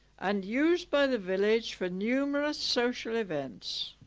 and used by the village for numerous social events